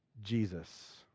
Jesus